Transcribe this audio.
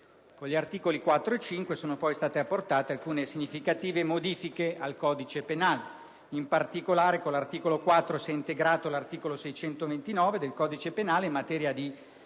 Con gli articoli 4 e 5 sono state apportate alcune significative modifiche al codice penale. In particolare, con l'articolo 4, si è integrato l'articolo 629 del codice penale in materia di